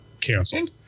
canceled